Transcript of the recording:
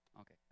Okay